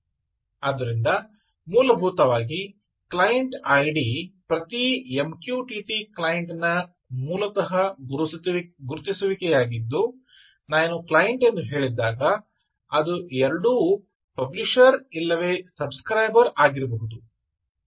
ಆದ್ದರಿಂದ ಮೂಲಭೂತವಾಗಿ client ID ಪ್ರತಿ MQTT ಕ್ಲೈಂಟ್ನ ಮೂಲತಃ ಗುರುತಿಸುವಿಕೆಯಾಗಿದ್ದು ನಾನು ಕ್ಲೈಂಟ್ ಎಂದು ಹೇಳಿದಾಗ ಅದು ಎರಡೂ ಪಬ್ಲಿಷರ್ ಇಲ್ಲವೇ ಸಬ್ ಸ್ಕ್ರೈಬರ್ ಆಗಿರಬಹುದು